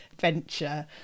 venture